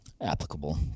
applicable